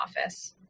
office